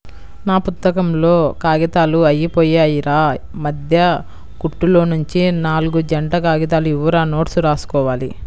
నా పుత్తకంలో కాగితాలు అయ్యిపొయ్యాయిరా, మద్దె కుట్టులోనుంచి నాల్గు జంట కాగితాలు ఇవ్వురా నోట్సు రాసుకోవాలి